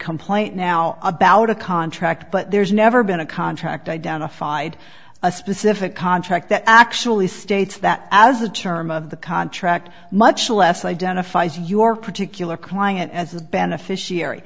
complaint now about a contract but there's never been a contract identified a specific contract that actually states that as the term of the contract much less identifies your particular client as a beneficiary